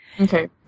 Okay